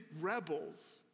rebels